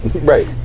Right